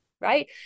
Right